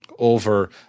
over